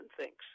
thinks